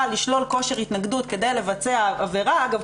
לשלול כושר התנגדות כדי לבצע עבירה אגב,